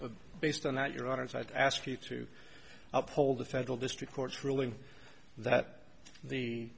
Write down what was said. but based on that your honors i'd ask you to uphold the federal district court's ruling that the